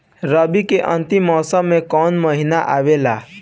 रवी के अंतिम मौसम में कौन महीना आवेला?